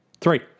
Three